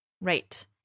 Right